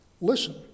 Listen